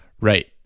Right